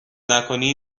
نکنی